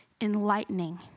enlightening